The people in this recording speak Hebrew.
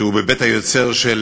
שהוא מבית היוצר של